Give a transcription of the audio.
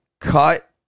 cut